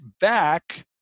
back